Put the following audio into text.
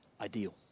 ideal